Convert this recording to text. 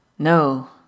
No